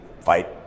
fight